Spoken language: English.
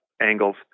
angles